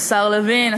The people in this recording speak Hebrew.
השר לוין,